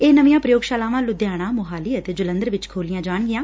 ਇਹ ਨਵੀਆਂ ਪ੍ਰਯੋਗਸ਼ਾਲਾਵਾਂ ਲੁਧਿਆਣਾ ਮੁਹਾਲੀ ਅਤੇ ਜਲੰਧਰ ਵਿਚ ਖੋਲ੍ਹੀਆਂ ਜਾਣਗੀਆਂ